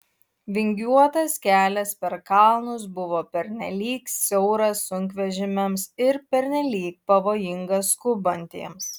vingiuotas kelias per kalnus buvo pernelyg siauras sunkvežimiams ir pernelyg pavojingas skubantiems